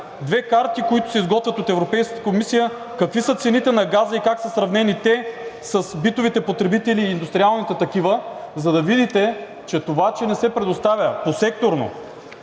Две карти, които се изготвят от Европейската комисия какви са цените на газа и как са сравнени те с битовите потребители и индустриалните такива, за да видите, че това, че не се предоставя секторно